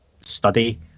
study